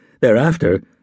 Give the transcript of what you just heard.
thereafter—